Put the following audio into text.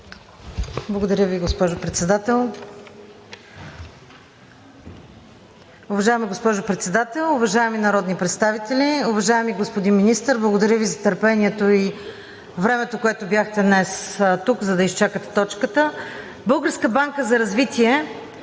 Благодаря Ви, госпожо Председател.